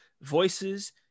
voices